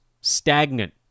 stagnant